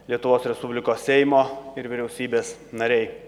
lietuvos respublikos seimo ir vyriausybės nariai